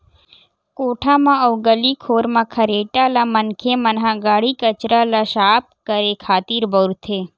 कोठा म अउ गली खोर म खरेटा ल मनखे मन ह काड़ी कचरा ल साफ करे खातिर बउरथे